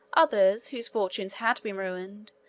others, whose fortunes had been ruined,